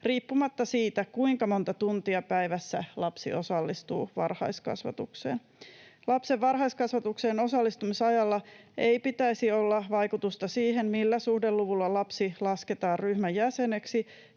riippumatta siitä, kuinka monta tuntia päivässä lapsi osallistuu varhaiskasvatukseen. Lapsen varhaiskasvatukseen osallistumisajalla ei pitäisi olla vaikutusta siihen, millä suhdeluvulla lapsi lasketaan ryhmän jäseneksi